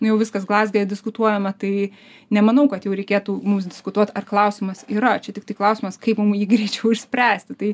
nu jau viskas glazge diskutuojama tai nemanau kad jau reikėtų mums diskutuot ar klausimas yra čia tiktai klausimas kaip mum jį greičiau išspręsti tai